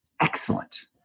excellent